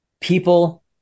people